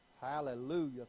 Hallelujah